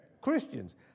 Christians